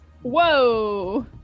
Whoa